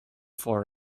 for